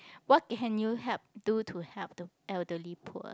what can you help do to help the elderly poor